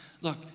Look